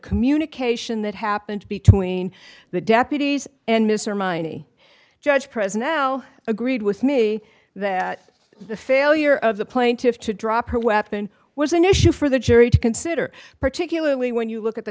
communication that happened between the deputies and mr my knee judge president now agreed with me that the failure of the plaintiffs to drop her weapon was an issue for the jury to consider particularly when you look at the